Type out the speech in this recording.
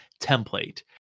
template